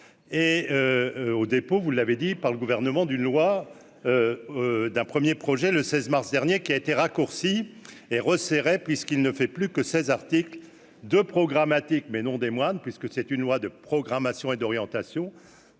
et au dépôt, vous l'avez dit, par le gouvernement d'une loi d'un 1er projet le 16 mars dernier qui a été raccourcie et resserrée, puisqu'il ne fait plus que 16 Arctique 2 programmatique, mais non des moines, puisque c'est une loi de programmation et d'orientation,